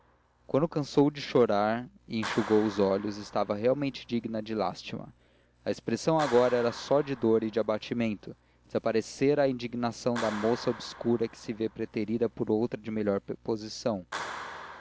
nada quando cansou de chorar e enxugou os olhos estava realmente digna de lástima a expressão agora era só de dor e de abatimento desaparecera a indignação da moça obscura que se vê preterida por outra de melhor posição